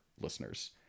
listeners